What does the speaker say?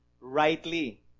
rightly